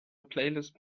playlist